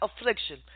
affliction